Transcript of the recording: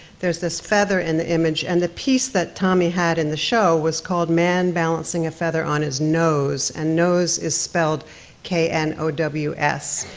there's this feather in the image, and the piece tommy had in the show was called man balancing a feather on his knows, and knows is spelled k n o w s,